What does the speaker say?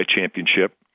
championship